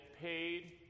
paid